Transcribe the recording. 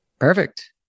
Perfect